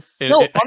no